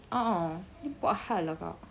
a'ah dia buat hal lah kak